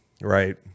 right